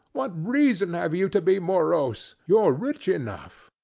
what reason have you to be morose? you're rich enough.